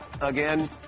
again